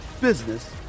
business